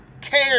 care